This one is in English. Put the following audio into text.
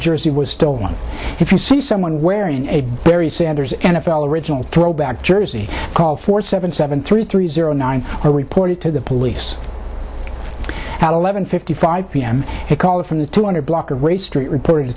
jersey was stolen if you see someone wearing a very sanders n f l original throwback jersey call for seven seven three three zero nine are reported to the police had eleven fifty five p m a caller from the two hundred block of ray street report